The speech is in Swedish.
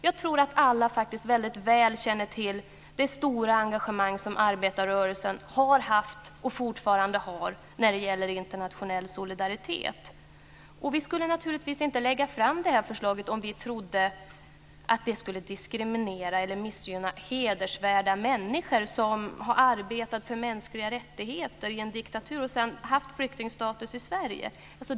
Jag tror att alla väl känner till det stora engagemang som arbetarrörelsen har haft och fortfarande har när det gäller internationell solidaritet. Vi skulle naturligtvis inte lägga det här förslaget om vi trodde att det skulle diskriminera eller missgynna hedervärda människor som har arbetat för mänskliga rättigheter i en diktatur och sedan haft flyktingstatus i Sverige.